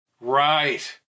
Right